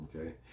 Okay